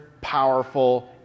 powerful